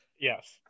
yes